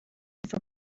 for